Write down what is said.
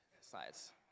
slides